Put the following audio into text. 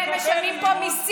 כי הם משלמים פה מיסים,